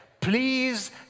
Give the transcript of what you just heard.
Please